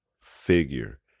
Figure